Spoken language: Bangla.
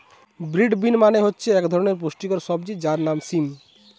ব্রড বিন মানে হচ্ছে এক ধরনের পুষ্টিকর সবজি যার নাম সিম